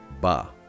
Ba